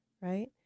Right